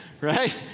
right